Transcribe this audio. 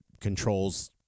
controls